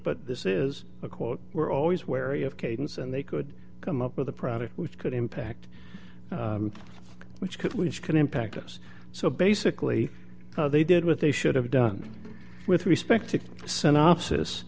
but this is a quote we're always wary of cadence and they could come up with a product which could impact which could which could impact us so basically they did with they should have done with respect to synopsis